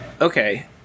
Okay